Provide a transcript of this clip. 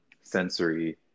sensory